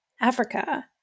africa